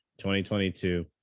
2022